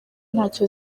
ntacyo